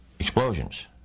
explosions